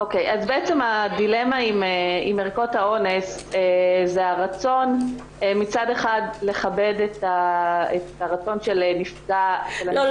אז הדילמה עם ערכות האונס זה הרצון מצד אחד לכבד את הרצון של -- לא,